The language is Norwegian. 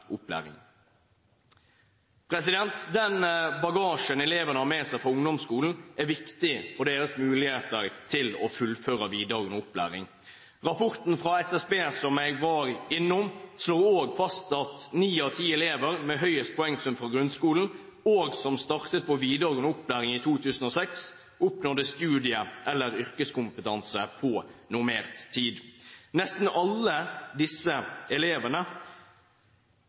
Den bagasjen elevene har med seg fra ungdomsskolen, er viktig for deres muligheter til å fullføre videregående opplæring. Rapporten fra Statistisk sentralbyrå – som jeg var innom – slår også fast at ni av ti elever med høyest poengsum fra grunnskolen og som startet på videregående opplæring i 2006, oppnådde studie- eller yrkeskompetanse på normert tid. Nesten alle disse elevene